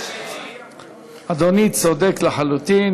אדוני צודק לחלוטין.